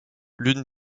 l’une